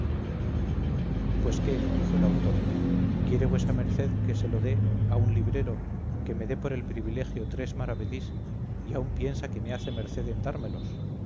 pues qué dijo el autor quiere vuesa merced que se lo dé a un librero que me dé por el privilegio tres maravedís y aún piensa que me hace merced en dármelos